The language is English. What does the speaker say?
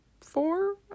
four